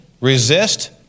resist